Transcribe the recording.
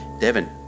Devon